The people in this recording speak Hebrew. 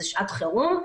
בשעת חירום,